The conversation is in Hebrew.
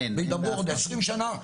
וידברו עוד 20 שנה.